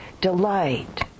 delight